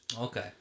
Okay